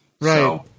Right